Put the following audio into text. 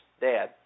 dad